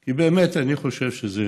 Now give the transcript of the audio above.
כי באמת אני חושב שזה